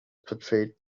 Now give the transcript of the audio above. portrayed